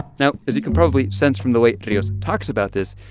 now, as you can probably sense from the way rios talks about this,